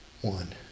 One